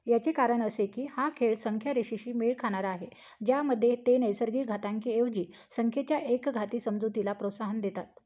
याचे कारण असे की हा खेळ संख्या रेषेशी मेळ खाणारा आहे ज्यामध्ये ते नैसर्गिक घातांकीऐवजी संख्येच्या एकघाती समजुतीला प्रोत्साहन देतात